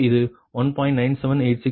9786 க்கு 100 க்கு சமம் எனவே 197